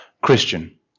Christian